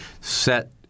set